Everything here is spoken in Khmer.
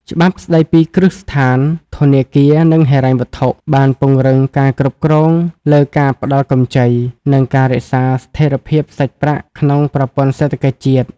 ច្បាប់ស្ដីពីគ្រឹះស្ថានធនាគារ និងហិរញ្ញវត្ថុ បានពង្រឹងការគ្រប់គ្រងលើការផ្ដល់កម្ចី និងការរក្សាស្ថិរភាពសាច់ប្រាក់ក្នុងប្រព័ន្ធសេដ្ឋកិច្ចជាតិ។